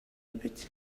эбит